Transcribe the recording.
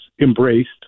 embraced